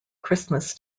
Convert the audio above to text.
christmas